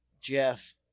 Jeff